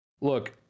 look